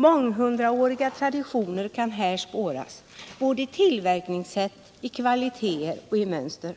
Månghundraåriga traditioner kan här spåras, både i tillverkningssätt, kvaliteter och mönster.